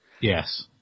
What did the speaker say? Yes